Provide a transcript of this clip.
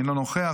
אינו נוכח,